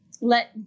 let